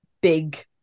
big